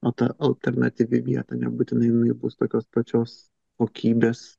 o ta alternatyvi vieta nebūtinai jinai bus tokios pačios kokybės